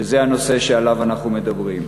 שזה הנושא שעליו אנחנו מדברים.